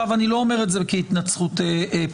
אני לא אומר את זה כהתנצחות פוליטית.